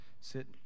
sit